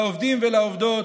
לעובדים ולעובדות,